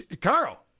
Carl